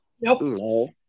Nope